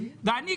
ואני,